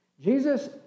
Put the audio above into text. Jesus